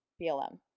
BLM